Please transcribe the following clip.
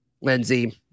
Lindsay